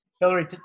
hillary